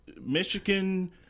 Michigan